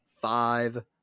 five